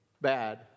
bad